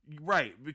Right